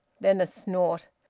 then a snort.